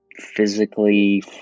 physically